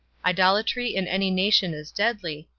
idolatry in any nation is deadly,